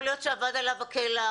יכול להיות שאבד עליו הכלח,